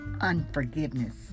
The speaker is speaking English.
unforgiveness